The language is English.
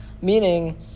Meaning